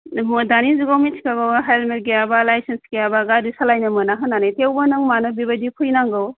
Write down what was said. दानि जुगाव नों मिथिखागौ हेलमेट गैयाबा लायसेन्स गैयाबा गारि सालायनो मोना होननानै थेवबो नों मानो बेबायदि फैनांगौ